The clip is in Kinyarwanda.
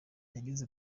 yagize